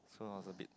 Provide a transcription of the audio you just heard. so I was abit